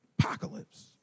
Apocalypse